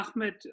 Ahmed